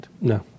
No